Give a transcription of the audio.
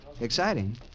Exciting